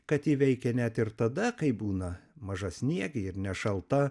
kad ji veikia net ir tada kai būna mažasniegė ir nešalta